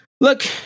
look